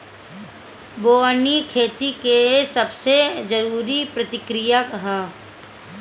बोअनी खेती के सबसे जरूरी प्रक्रिया हअ